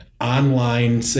online